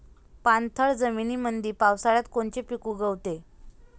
पाणथळ जमीनीमंदी पावसाळ्यात कोनचे पिक उगवते?